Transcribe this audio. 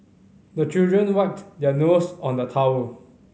the children wipe their nose on the towel